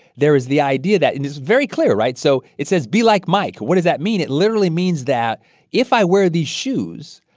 there is the idea that it and is very clear, right? so it says, be like mike. what does that mean? it literally means that if i wear these shoes,